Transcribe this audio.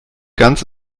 ganz